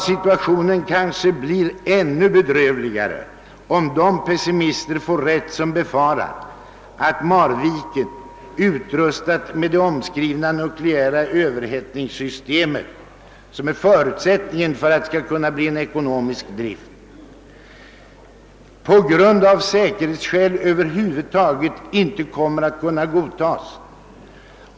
Situationen blir kanske ännu bedrövligare om de pessimister får rätt som befarar att Marvikemanläggningens utrustning med det omskrivna nukleära överhettningssystemet, som är förutsättningen för att driften skall kunna bli ekonomisk, på grund av säkerhetsskäl över huvud taget inte kommer att kunna godtas.